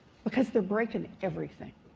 because they're breaking everything.